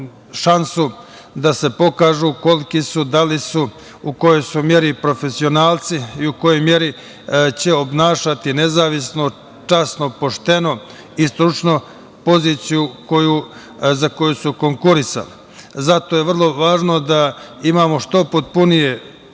šansu da se pokažu koliki su, da li su, u kojoj su meri profesionalci i u kojoj meri će obnašati nezavisno, časno, pošteno i stručnu poziciju za koju su konkurisali. Zato je vrlo važno da imamo što potpunije